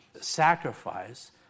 sacrifice